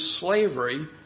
slavery